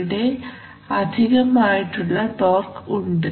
ഇവിടെ അധികം ആയിട്ടുള്ള ടോർഘ് ഉണ്ട്